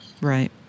Right